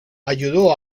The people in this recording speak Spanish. ayudó